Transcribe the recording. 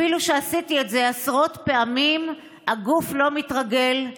אפילו שעשיתי את זה עשרות פעמים הגוף לא מתרגל,